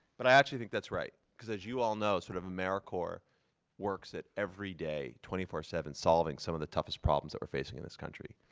but i actually think that's right. because as you all know, sort of americorps works at every day twenty four seven solving some of the toughest problems that we're facing in this country.